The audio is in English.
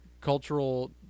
Cultural